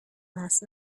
last